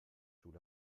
sous